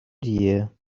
dear